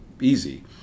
easy